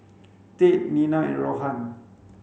Tate Nina and Rohan